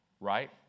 Right